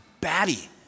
batty